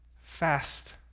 fast